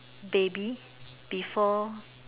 baby before